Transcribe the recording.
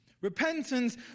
Repentance